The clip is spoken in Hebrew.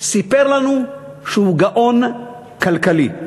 סיפר לנו שהוא גאון כלכלי.